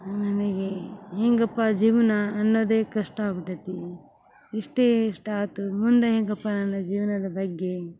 ನನಗೆ ಹೇಗಪ್ಪಾ ಜೀವನ ಅನ್ನೋದೇ ಕಷ್ಟ ಆಗ್ಬುಟೈತಿ ಇಷ್ಟೇ ಇಷ್ಟು ಆತು ಮುಂದೆ ಹೇಗಪ್ಪಾ ನನ್ನ ಜೀವನದ ಬಗ್ಗೆ